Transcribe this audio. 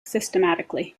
systematically